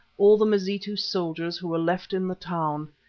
all the mazitu soldiers who were left in the town.